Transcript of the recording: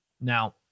Now